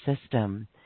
system